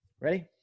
Ready